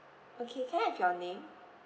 okay can I have your name